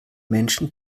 menschen